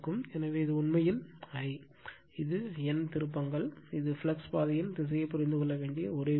எனவே இது உண்மையில் I இது N திருப்பங்கள் இது ஃப்ளக்ஸ் பாதையின் திசையை புரிந்து கொள்ள வேண்டிய ஒரே விஷயம்